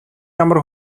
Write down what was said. ямар